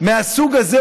מהסוג הזה,